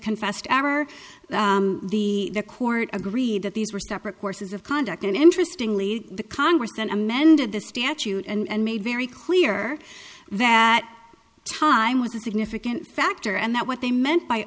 confessed our the the court agreed that these were separate courses of conduct an interesting lead the congress that amended the statute and made very clear that time was a significant factor and that what they meant by